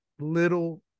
little